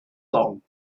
lang